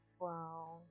wow